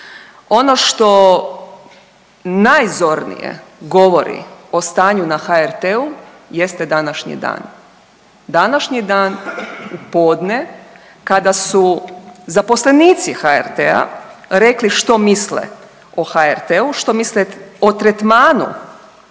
Ono što najzornije govori o stanju na HRT-u jeste današnji dan, današnji dan u podne kada su zaposlenici HRT-a rekli što misle o HRT-u, što misle o tretmanu